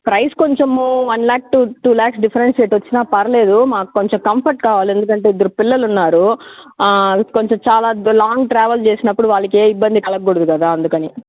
praise కొంచెము one lakh two two lakhs differentiate వచ్చిన పర్లేదు మాకు కొంచెం కంఫర్ట్ కావాలి ఎందుకంటే ఇద్దరు పిల్లలు ఉన్నారు ఆ కొంచెం చాలా లాంగ్ ట్రావెల్ చేసినప్పుడు వాళ్ళకి ఏ ఇబ్బందీ కలగకూడదు కదా అందుకని